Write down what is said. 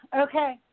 Okay